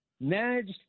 Managed